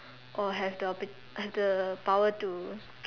or have the p~ have the power to